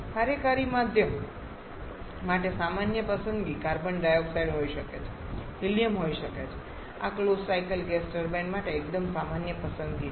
કાર્યકારી માધ્યમ માટે સામાન્ય પસંદગી કાર્બન ડાયોક્સાઇડ હોઈ શકે છે હિલીયમ હોઈ શકે છે આ ક્લોઝ સાયકલ ગેસ ટર્બાઈન માટે એકદમ સામાન્ય પસંદગી છે